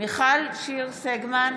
מיכל שיר סגמן,